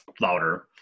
louder